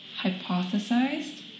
hypothesized